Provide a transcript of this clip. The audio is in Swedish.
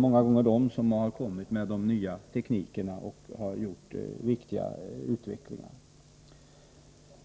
Många gånger är det de som har upptäckt de nya teknikerna och har gjort viktiga utvecklingar